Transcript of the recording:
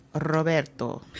Roberto